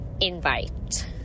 invite